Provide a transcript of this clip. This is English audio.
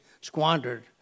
squandered